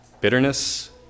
bitterness